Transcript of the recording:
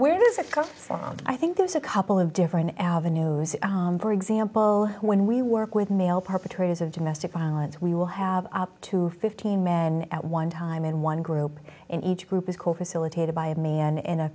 go i think there's a couple of different avenues for example when we work with male perpetrators of domestic violence we will have up to fifteen men at one time and one group in each group is called facilitated by a man in a